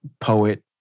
poet